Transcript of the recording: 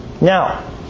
Now